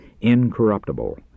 incorruptible